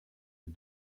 est